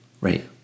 right